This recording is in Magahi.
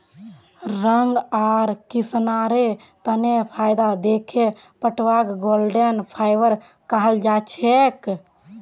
रंग आर किसानेर तने फायदा दखे पटवाक गोल्डन फाइवर कहाल जाछेक